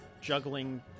juggling